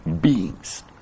beings